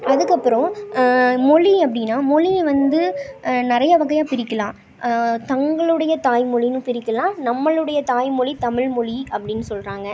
அதுக்கப்புறம் மொழி அப்படின்னா மொழியை வந்து நிறையா வகையாக பிரிக்கலாம் தங்களுடைய தாய் மொழின்னும் பிரிக்கலாம் நம்மளுடைய தாய் மொழி தமிழ் மொழி அப்படின்னு சொல்கிறாங்க